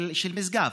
של משגב,